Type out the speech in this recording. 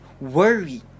worry